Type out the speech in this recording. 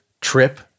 trip